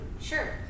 Sure